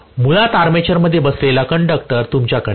मुळात आर्मेचरमध्ये बसलेला कंडक्टर तुमच्याकडे आहे